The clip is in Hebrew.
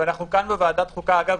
ואנחנו כאן בוועדת החוקה אגב,